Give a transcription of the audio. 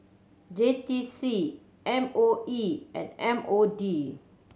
J T C M O E and M O D